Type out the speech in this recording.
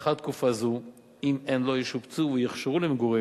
ולאחר תקופה זאת אם הן לא ישופצו ויוכשרו למגורים,